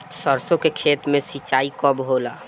सरसों के खेत मे सिंचाई कब होला?